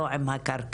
לא עם הקרקע,